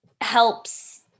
helps